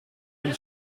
dem